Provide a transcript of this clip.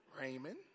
Raymond